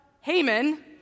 Haman